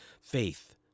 faith